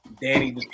Danny